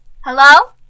Hello